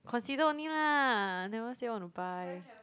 consider only lah never say want to buy